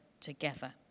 together